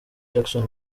jackson